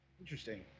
interesting